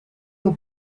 your